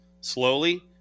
slowly